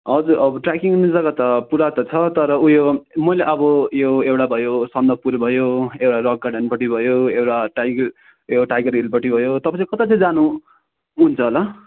हजुर अब ट्रेकिङमा जाँदा त पुरा त छ तर उयो मैले अब यो एउटा भयो सन्दकपुर भयो एउटा रक गार्डन पनि भयो एउटा टाइगर एउटा टाइगर हिलपट्टि भयो तपाईँ चाहिँ कता चाहिँ जानुहुन्छ होला